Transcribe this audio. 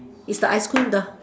it's the ice cream the